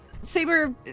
Saber